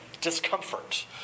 discomfort